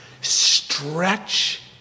stretch